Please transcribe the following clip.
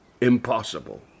Impossible